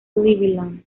cleveland